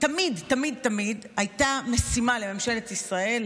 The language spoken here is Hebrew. תמיד תמיד תמיד הייתה משימה לממשלת ישראל,